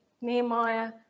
Nehemiah